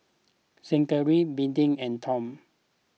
Zackery Beadie and Tom